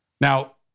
Now